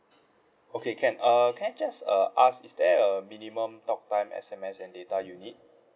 okay can uh can I just uh ask is there a minimum talk time S_M_S and data you need